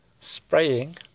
Spraying